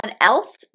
else